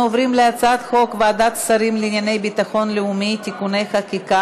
24 חברי כנסת בעד, 45 נגד, אין נמנעים.